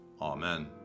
Amen